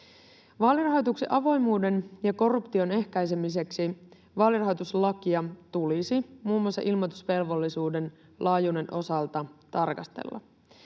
Vaalirahoituksen avoimuuden lisäämiseksi ja korruption ehkäisemiseksi vaalirahoituslakia tulisi muun muassa ilmoitusvelvollisuuden laajuuden osalta tarkastella.